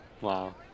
Wow